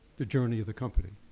the journey of the company?